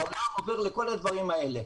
העולם עובר לכל הדברים האלה.